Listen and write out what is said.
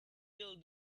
build